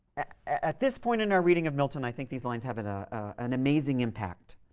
at this point in our reading of milton, i think these lines have an ah an amazing impact.